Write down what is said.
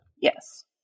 Yes